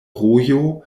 rojo